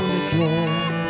again